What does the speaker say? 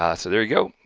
ah so there you go,